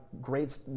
great